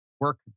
work